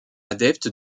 adepte